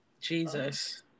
Jesus